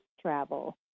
travel